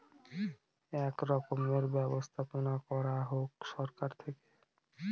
এক রকমের ব্যবস্থাপনা করা হোক সরকার থেকে